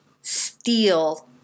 steal